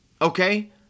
Okay